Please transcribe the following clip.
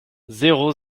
zéro